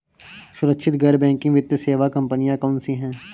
सुरक्षित गैर बैंकिंग वित्त सेवा कंपनियां कौनसी हैं?